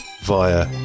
via